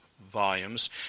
Volumes